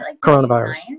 coronavirus